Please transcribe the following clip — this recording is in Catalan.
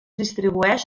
distribueix